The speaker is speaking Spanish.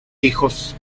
hijos